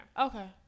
Okay